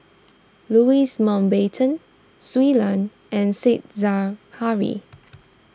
Louis Mountbatten Shui Lan and Said Zahari